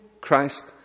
Christ